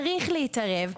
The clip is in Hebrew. צריך להתערב,